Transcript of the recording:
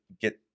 get